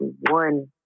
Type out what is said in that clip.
one